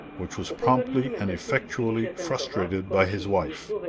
which was promptly and effectually frustrated by his wife.